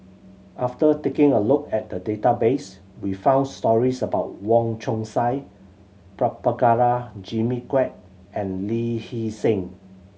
after taking a look at the database we found stories about Wong Chong Sai Prabhakara Jimmy Quek and Lee Hee Seng